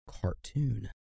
Cartoon